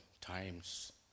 times